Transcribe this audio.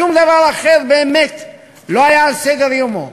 שום דבר אחר באמת לא היה על סדר-יומו.